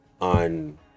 on